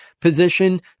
position